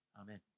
Amen